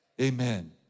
Amen